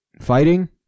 fighting